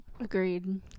agreed